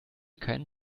keinen